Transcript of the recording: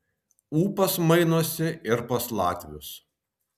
ūpas mainosi ir pas latvius